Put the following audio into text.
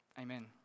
Amen